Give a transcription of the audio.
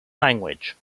language